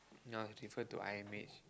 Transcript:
no is refer to I_M_H